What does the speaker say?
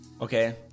okay